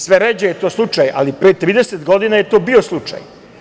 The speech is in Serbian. Sve ređe je to slučaj, ali pre 30 godina je to bio slučaj.